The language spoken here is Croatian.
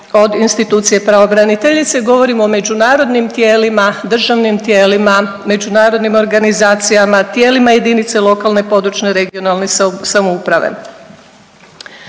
od institucije pravobraniteljice, gotovim o međunarodnim tijelima, državnim tijelima, međunarodnim organizacijama, tijelima jedinice lokalne i područne (regionalne) samouprave.